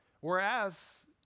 Whereas